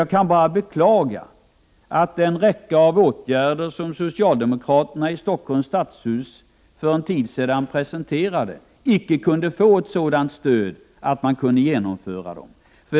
Jag kan bara beklaga att den räcka av åtgärder som socialdemokraterna i Stockholms stadshus för en tid sedan presenterade icke kunde få ett sådant stöd att man kunde genomföra dem.